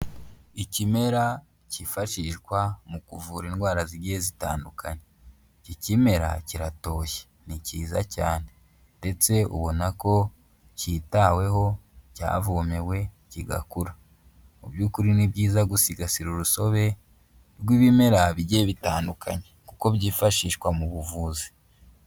Ikimera cyifashishwa mu kuvura indwara zigiye zitandukanye, iki kimera kiratoshye ni cyiza cyane ndetse ubona ko kitaweho cyavomewe kigakura, mu by'ukuri ni byiza gusigasira urusobe rw'ibimera bigiye bitandukanye kuko byifashishwa mu buvuzi.